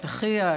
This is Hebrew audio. את אחיה,